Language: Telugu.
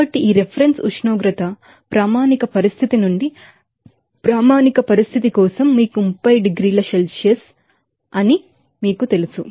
కాబట్టి ఈ రిఫరెన్స్ ఉష్ణోగ్రత స్టాండర్డ్ కండిషన్ నుండి ప్రామాణిక పరిస్థితి కోసం 30 డిగ్రీల సెల్సియస్ అని మీకు తెలుసు